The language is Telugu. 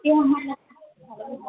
ఏ